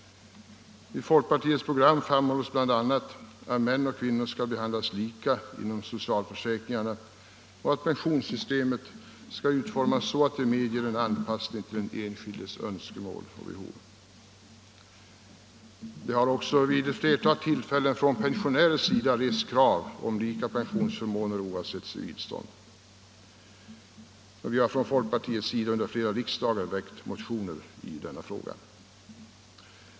I folkpartiets program framhålles bl.a. att män och kvinnor skall behandlas lika inom socialförsäkringarna och att pensionssystemet skall utformas så, att det medger en anpassning till den enskildes önskemål och behov. Vid ett flertal tillfällen har även från pensionärer rests krav om lika pensionsförmåner oavsett civilstånd. Vi har också från folkpartiet under flera riksdagar väckt motioner i den frågan.